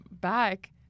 back